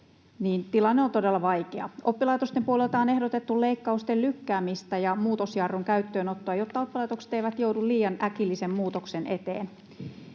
tilanne on todella vaikea. Oppilaitosten puolelta on ehdotettu leikkausten lykkäämistä ja muutosjarrun käyttöönottoa, jotta oppilaitokset eivät joudu liian äkillisen muutoksen eteen.